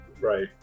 Right